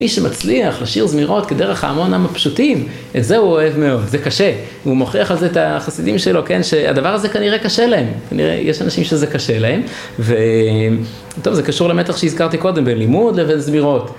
מי שמצליח לשיר זמירות כדרך ההמון העם הפשוטים, את זה הוא אוהב מאוד, זה קשה. הוא מוכיח על זה את החסידים שלו, כן, שהדבר הזה כנראה קשה להם. כנראה יש אנשים שזה קשה להם. וטוב, זה קשור למתח שהזכרתי קודם בין לימוד לבין זמירות.